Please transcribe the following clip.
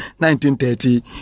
1930